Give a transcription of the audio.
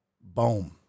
Boom